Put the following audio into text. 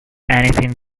anything